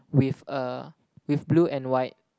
with a with blue and white